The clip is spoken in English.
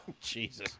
Jesus